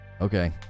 Okay